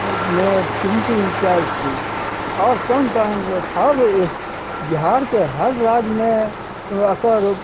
मे प्रिन्टिंग कयल छी आओर सङ्ग सङ्ग हर बिहारके हर राज्यमे एकर